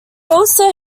also